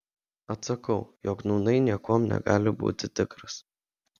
atsakau jog nūnai niekuom negali būti tikras